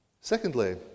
Secondly